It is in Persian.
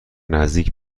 نزدیک